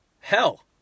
hell